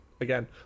again